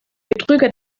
betrüger